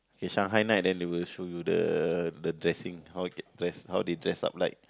Shanghai Knight and they will show you the dressing how they dress up like